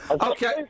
Okay